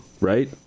right